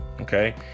Okay